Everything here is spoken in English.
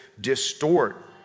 distort